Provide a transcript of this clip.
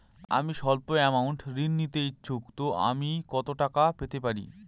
আমি সল্প আমৌন্ট ঋণ নিতে ইচ্ছুক তো আমি কত টাকা পেতে পারি?